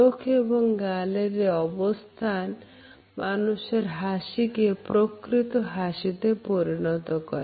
চোখ এবং গালের এই অবস্থান মানুষের হাসিকে প্রকৃত হাসিতে পরিণত করে